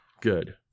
Good